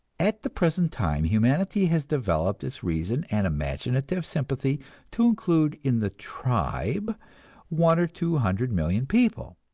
at the present time humanity has developed its reason and imaginative sympathy to include in the tribe one or two hundred million people